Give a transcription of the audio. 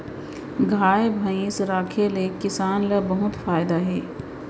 गाय भईंस राखे ले किसान ल बहुत फायदा हे